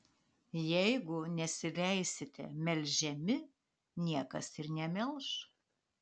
jeigu nesileisite melžiami niekas ir nemelš